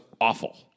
awful